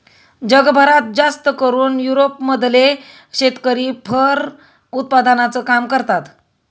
जगभरात जास्तकरून युरोप मधले शेतकरी फर उत्पादनाचं काम करतात